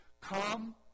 come